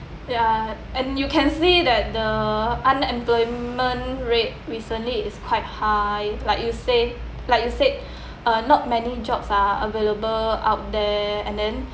ya and you can see that the unemployment rate recently is quite high like you say like you said uh not many jobs are available out there and then